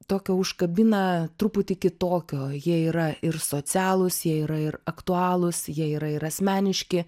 tokio užkabina truputį kitokio jie yra ir socialūs jie yra ir aktualūs jie yra ir asmeniški